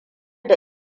da